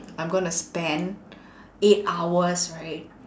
I'm gonna spend eight hours right